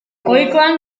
ohikoan